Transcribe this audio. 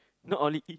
not only eat